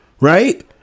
Right